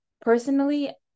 personally